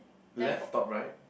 left top right